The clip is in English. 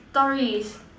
stories